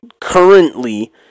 currently